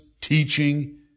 teaching